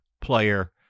player